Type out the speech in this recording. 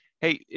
hey